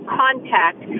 contact